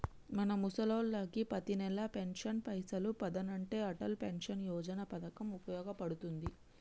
మన ముసలోళ్ళకి పతినెల పెన్షన్ పైసలు పదనంటే అటల్ పెన్షన్ యోజన పథకం ఉపయోగ పడుతుంది